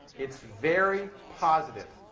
it's very positive.